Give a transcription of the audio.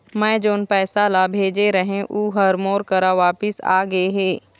मै जोन पैसा ला भेजे रहें, ऊ हर मोर करा वापिस आ गे हे